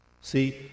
See